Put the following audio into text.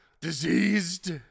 Diseased